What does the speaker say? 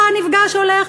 בא, נפגש, הולך.